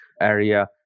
area